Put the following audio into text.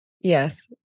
Yes